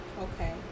Okay